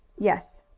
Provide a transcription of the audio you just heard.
yes.